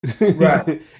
Right